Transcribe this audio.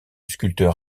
sculpteur